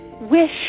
wish